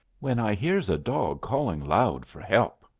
when i hears a dog calling loud for help,